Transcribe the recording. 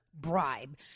bribe